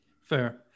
Fair